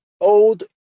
old